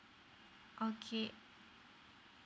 okay